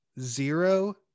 zero